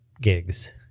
gigs